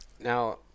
Now